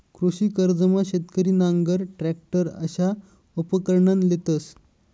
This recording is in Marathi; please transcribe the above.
कृषी कर्जमा शेतकरी नांगर, टरॅकटर अशा उपकरणं लेतंस